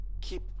keep